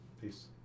Peace